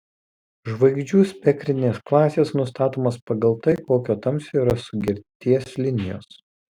žvaigždžių spektrinės klasės nustatomos pagal tai kokio tamsio yra sugerties linijos